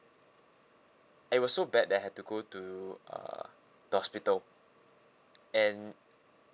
it was so bad that I had to go to uh the hospital and